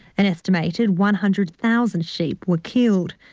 an estimated one hundred thousand sheep were killed.